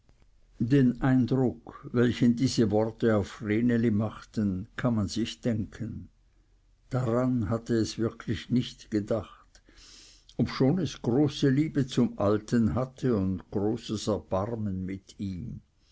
den eindruck welchen diese worte auf vreneli machten kann man sich denken daran hatte es wirklich nicht gedacht obschon es große liebe zum alten hatte und großes erbarmen mit ihm